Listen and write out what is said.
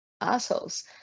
assholes